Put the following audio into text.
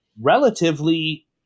relatively